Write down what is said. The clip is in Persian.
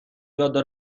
جاده